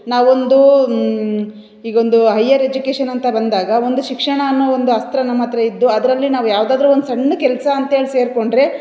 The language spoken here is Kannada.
ನಾವೊಂದು ಈಗೊಂದು ಹೈಯರ್ ಎಜುಕೇಷನ್ ಅಂತ ಬಂದಾಗ ಒಂದು ಶಿಕ್ಷಣ ಅನ್ನೋ ಒಂದು ಅಸ್ತ್ರ ನಮ್ಮ ಹತ್ರ ಇದ್ದು ಅದರಲ್ಲಿ ನಾವ್ಯಾವುದಾದ್ರು ಒಂದು ಸಣ್ಣ ಕೆಲಸ ಅಂತೇಳಿ ಸೇರಿಕೊಂಡ್ರೆ